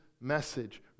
message